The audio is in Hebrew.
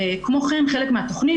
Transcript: כמו כן חלק מהתכנית,